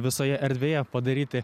visoje erdvėje padaryti